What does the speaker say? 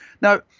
Now